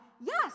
yes